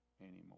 anymore